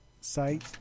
site